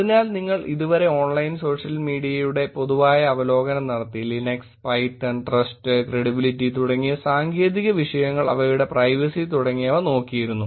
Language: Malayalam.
അതിനാൽ നിങ്ങൾ ഇതുവരെ ഓൺലൈൻ സോഷ്യൽ മീഡിയയുടെ പൊതുവായ അവലോകനം നടത്തി ലിനക്സ് പൈത്തൺ ട്രസ്റ്റ്ക്രെഡിബിലിറ്റി തുടങ്ങിയ സാങ്കേതിക വിഷയങ്ങൾ അവയുടെ പ്രൈവസി തുടങ്ങിയവ നോക്കിയിരുന്നു